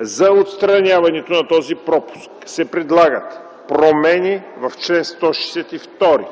За отстраняването на този пропуск се предлагат промени в чл. 162,